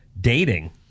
dating